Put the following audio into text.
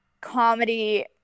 comedy